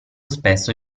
spesso